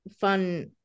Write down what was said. fun